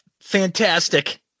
Fantastic